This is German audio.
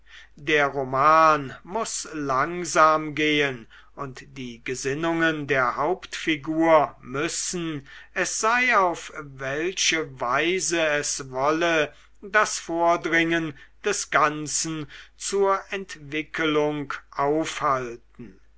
der roman muß langsam gehen und die gesinnungen der hauptfigur müssen es sei auf wel che weise es wolle das vordringen des ganzen zur entwicklung aufhalten